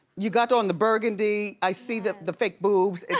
you got on the burgundy, i see the the fake boobs,